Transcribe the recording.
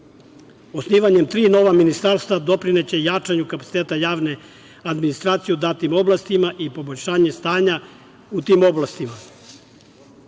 Osnivanje tri nova ministarstva doprineće jačanju kapaciteta javne administracije u datim oblastima i poboljšanje stanje u tim